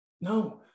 No